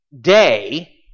day